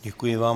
Děkuji vám.